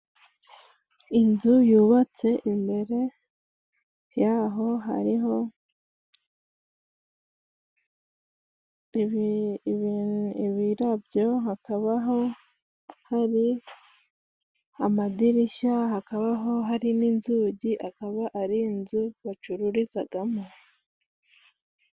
Inzu yubatse imbere y'aho hariho ibirabyo, hakabaho hari amadirishya, hakabaho hari n'inzugi akaba ari inzu bacururizagamo.